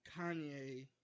Kanye